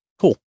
Cool